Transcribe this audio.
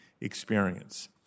experience